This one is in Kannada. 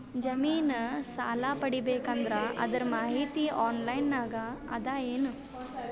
ಜಮಿನ ಸಾಲಾ ಪಡಿಬೇಕು ಅಂದ್ರ ಅದರ ಮಾಹಿತಿ ಆನ್ಲೈನ್ ನಾಗ ಅದ ಏನು?